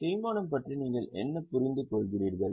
தேய்மானம் பற்றி நீங்கள் என்ன புரிந்துகொள்கிறீர்கள்